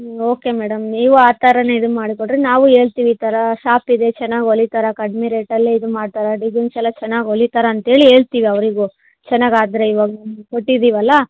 ಹ್ಞೂ okay madam ನೀವು ಆ ಥರಾನೇ ಇದು ಮಾಡಿಕೊಟ್ಟರೆ ನಾವೂ ಹೇಳ್ತಿವ್ ಈ ಥರ ಷಾಪ್ ಇದೆ ಚೆನ್ನಾಗಿ ಹೊಲಿತಾರ ಕಡ್ಮೆ ರೇಟಲ್ಲಿ ಇದು ಮಾಡ್ತಾರೆ ಡಿಸೈನ್ಸ್ ಎಲ್ಲ ಚೆನ್ನಾಗಿ ಹೊಲಿತಾರ ಅಂತ ಹೇಳಿ ಹೇಳ್ತೀವ್ ಅವರಿಗೂ ಚೆನ್ನಾಗಿ ಆದರೆ ಇವಾಗ ಒಂದು ಕೊಟ್ಟಿದ್ದೀವಲ್ಲ